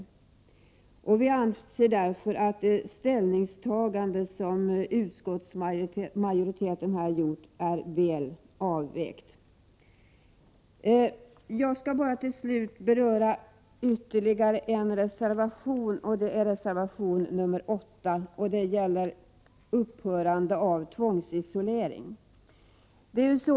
Vi anser därför att det ställningstagande som utskottsmajoriteten har gjort är väl avvägt. Jag skall bara till slut beröra ytterligare en reservation, och det är reservation nr 8, som gäller upphörande av tvångsisolering.